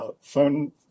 phone